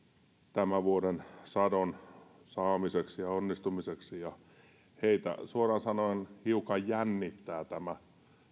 tämän vuoden sadon saamiseksi ja onnistumiseksi heitä suoraan sanoen hiukan jännittää tämä